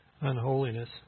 unholiness